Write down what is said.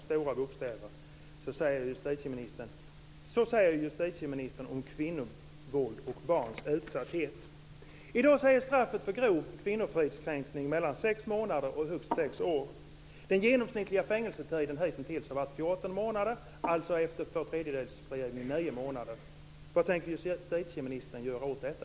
Det står med stora bokstäver. Så säger justitieministern om kvinnovåld och barns utsatthet. I dag är straffet för grov kvinnofridskränkning mellan sex månader och högst sex år. Den genomsnittliga fängelsetiden har hitintills varit 14 månader, dvs. efter tvåtredjedelsfrigivning 9 månader. Vad tänker justitieministern göra åt detta?